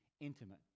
intimate